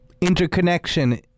interconnection